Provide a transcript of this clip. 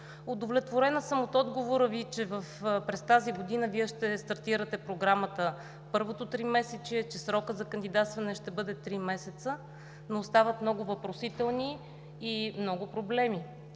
Удовлетворена съм от отговора Ви, че през тази година ще стартирате Програмата първото тримесечие, че срокът за кандидатстване ще бъде три месеца, но остават много въпросителни и много проблеми.